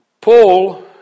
Paul